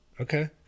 Okay